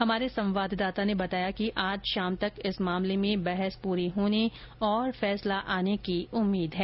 हमारे संवाददाता ने बताया कि आज शाम तक इस मामले में बहस पूरी होने और फैसला आने की उम्मीद है